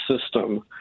system